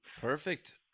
Perfect